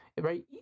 right